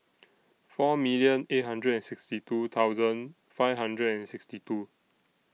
four million eight hundred and sixty two thousand five hundred and sixty two